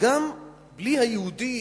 וגם בלי היהודית,